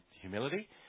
humility